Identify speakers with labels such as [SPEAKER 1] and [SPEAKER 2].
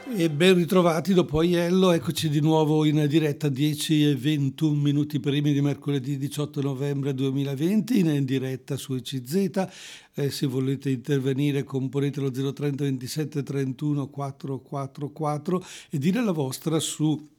[SPEAKER 1] E ben ritrovati dopo Aiello, eccoci di nuovo in diretta 10 e 21 minuti primi di mercoledì 18 novembre 2020, in diretta su 11. Eh, se volete intervenire, componetelo 030, 27 31 444, e dire la vostra su